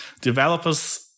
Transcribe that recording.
developers